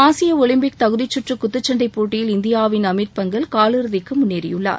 ஆசிய ஒலிம்பிக் தகுதிச்சுற்று குத்துச்சண்டை போட்டியில் இந்தியாவின் அமித் பங்கல் காலிறுதிக்கு போட்டிக்கு முன்னேறியுள்ளார்